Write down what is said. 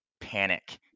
panic